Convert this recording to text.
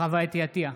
חוה אתי עטייה,